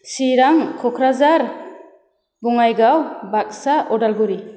Chirang Kokrajhar Bongaigaon Baksa Udalguri